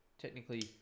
technically